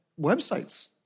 websites